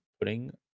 putting